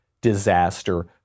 disaster